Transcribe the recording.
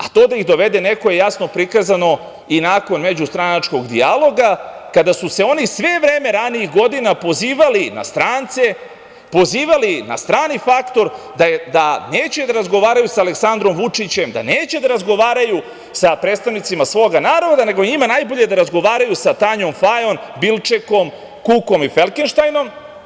A to da ih dovede neko je jasno prikazano i nakon međustranačkog dijaloga, kada su se oni sve vreme ranijih godina pozivali na strance, pozivali na strani faktor, da neće da razgovaraju sa Aleksandrom Vučićem, da neće da razgovaraju sa predstavnicima svog naroda, nego je njima najbolje da razgovaraju sa Tanjom Fajon, Bilčekom, Kukanom i Falkenštajnom.